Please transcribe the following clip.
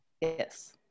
Yes